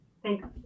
Thanks